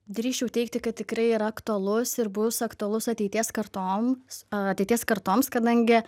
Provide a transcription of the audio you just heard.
drįsčiau teigti kad tikrai yra aktualus ir bus aktualus ateities kartoms ateities kartoms kadangi